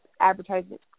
advertisement